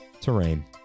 Terrain